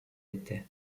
etti